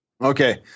Okay